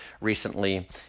recently